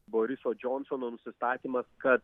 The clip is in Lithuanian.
boriso džonsono nusistatymas kad